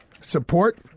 support